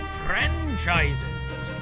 franchises